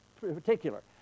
particular